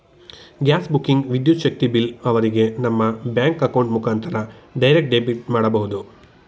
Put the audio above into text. gas booking, ವಿದ್ಯುತ್ ಶಕ್ತಿ bill ಅವರಿಗೆ ನಮ್ಮ ಬ್ಯಾಂಕ್ ಅಕೌಂಟ್ ಮುಖಾಂತರ ಡೈರೆಕ್ಟ್ ಡೆಬಿಟ್ ಮಾಡಬಹುದು